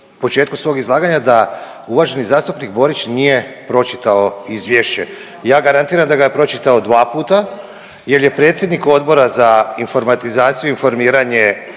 početku svog izlaganja da uvaženi zastupnik Borić nije pročitao izvješće. Ja garantiram da ga je pročitao 2 puta jer je predsjednik Odbor za informatizaciju, informiranje